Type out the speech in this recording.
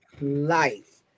life